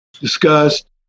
discussed